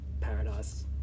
paradise